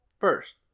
First